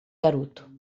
garoto